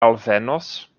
alvenos